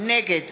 נגד